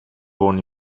born